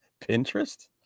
Pinterest